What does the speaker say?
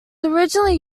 originally